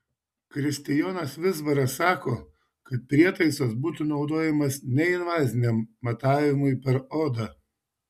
kristijonas vizbaras sako kad prietaisas būtų naudojamas neinvaziniam matavimui per odą